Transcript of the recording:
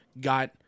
got